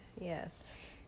yes